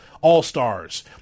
all-stars